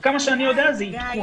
עד כמה שאני יודע זה עדכון.